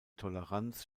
toleranz